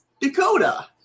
Dakota